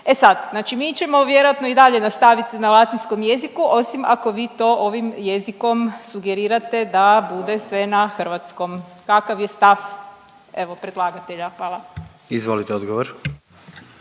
E sad, znači mi ćemo vjerojatno i dalje nastaviti na latinskom jeziku, osim ako vi to ovim jezikom sugerirate da bude sve na hrvatskom. Kakav je stav, evo, predlagatelja? Hvala. **Jandroković,